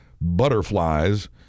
butterflies